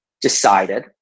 decided